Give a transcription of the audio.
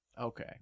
Okay